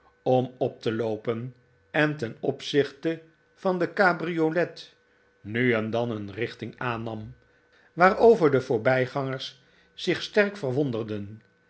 om op te loopen en ten opzichte van de cabriolet nu en dan een richting aannam waarover de voorbij gangers zich sterk